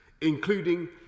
including